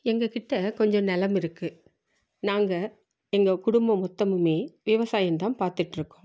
எங்கள் கிட்டே கொஞ்சம் நிலம் இருக்குது நாங்கள் எங்கள் குடும்பம் மொத்தமும் விவசாயம் தான் பாத்துட்டுருக்கோம்